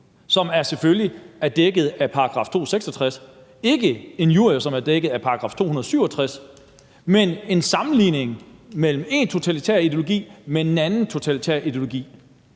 som selvfølgelig er dækket af § 266, ikke for injurier, som er dækket af § 267, men for at sammenligne en totalitær ideologi med en anden totalitær ideologi.